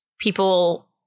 people